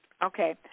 Okay